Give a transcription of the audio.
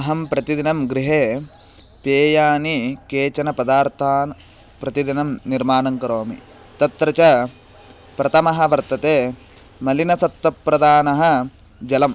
अहं प्रतिदिनं गृहे पेयानि केचन पदार्थान् प्रतिदिनं निर्माणं करोमि तत्र च प्रथमः वर्तते मलिनसत्तप्रदानः जलम्